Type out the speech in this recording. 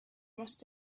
must